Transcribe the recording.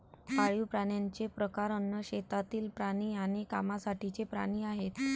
पाळीव प्राण्यांचे प्रकार अन्न, शेतातील प्राणी आणि कामासाठीचे प्राणी आहेत